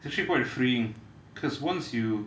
it's actually quite freeing because once you